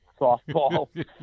softball